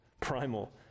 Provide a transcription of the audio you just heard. primal